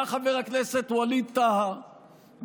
בא חבר הכנסת ווליד טאהא,